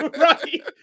Right